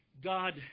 God